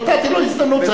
נתתי לו הזדמנות.